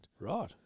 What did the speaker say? Right